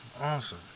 Awesome